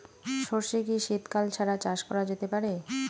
সর্ষে কি শীত কাল ছাড়া চাষ করা যেতে পারে?